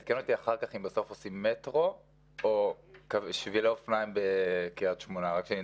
תעדכן אותי אם בסוף עושים מטרו או שבילי אופניים בקריית שמונה.